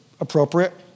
appropriate